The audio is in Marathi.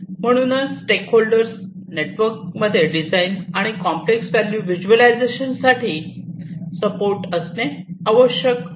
म्हणूनच स्टेक होल्डर नेटवर्कमध्ये डिझाईन आणि कॉम्प्लेक्स व्हॅल्यू व्हिज्युअलायझेशन यासाठी सपोर्ट असणे आवश्यक असते